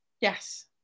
Yes